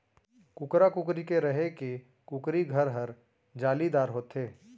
कुकरा, कुकरी के रहें के कुकरी घर हर जालीदार होथे